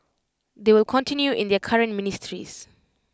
they will continue in their current ministries